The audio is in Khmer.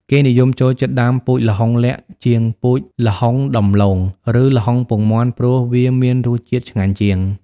គេនិយមចូលចិត្តដាំពូជល្ហុងលក្ខ័ជាងពូជល្ហុងដំឡូង ឬ ល្ហុងពងមាន់ព្រោះវាមានរសឆ្ងាញ់ជាង។